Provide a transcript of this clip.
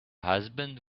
husband